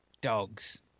dogs